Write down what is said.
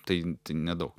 tai nedaug